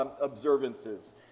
observances